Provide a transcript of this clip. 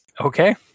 Okay